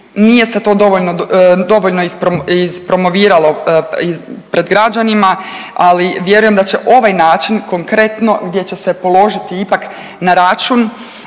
dovoljno, dovoljno ispromoviralo pred građanima, ali vjerujem da će ovaj način, konkretno gdje će se položiti ipak na račun